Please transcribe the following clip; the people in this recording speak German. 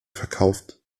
verkauft